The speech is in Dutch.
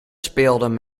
speelden